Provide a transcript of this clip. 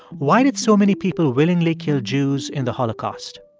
why did so many people willingly kill jews in the holocaust?